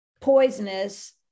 poisonous